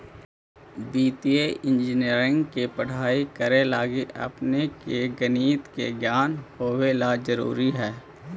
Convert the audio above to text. वित्तीय इंजीनियरिंग के पढ़ाई करे लगी अपने के गणित के ज्ञान होवे ला जरूरी हई